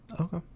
okay